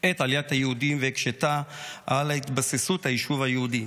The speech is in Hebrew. את עליית היהודים והקשתה על התבססות היישוב היהודי.